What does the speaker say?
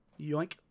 yoink